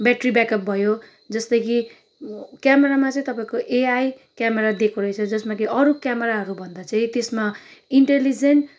battery भयो जस्तै कि क्यामरामा चाहिँ तपाईँको एआई क्यामरा दिएको रहेछ जसमा कि अरू क्यामराहरू भन्दा चाहिँ त्यसमा इन्टिलिजेन्ट